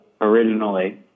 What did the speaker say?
originally